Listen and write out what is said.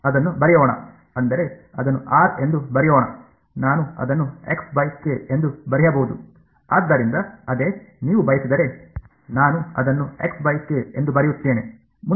ಅದನ್ನು ಬರೆಯೋಣ ಅಂದರೆ ಅದನ್ನು r ಎಂದು ಬರೆಯೋಣ ನಾನು ಅದನ್ನು ಎಂದು ಬರೆಯಬಹುದು ಆದ್ದರಿಂದ ಅದೇ ನೀವು ಬಯಸಿದರೆ ನಾನು ಅದನ್ನು ಎಂದು ಬರೆಯುತ್ತೇನೆ